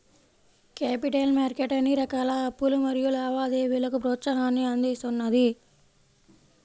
capital market అన్ని రకాల అప్పులు మరియు లావాదేవీలకు ప్రోత్సాహాన్ని అందిస్తున్నది